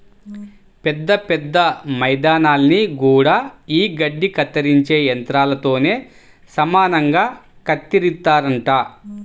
పెద్ద పెద్ద మైదానాల్ని గూడా యీ గడ్డి కత్తిరించే యంత్రాలతోనే సమానంగా కత్తిరిత్తారంట